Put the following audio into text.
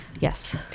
Yes